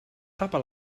tapa